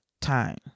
time